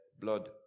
blood